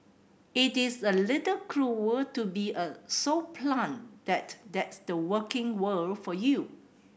it is a little cruel to be a so blunt that that's the working world for you